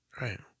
Right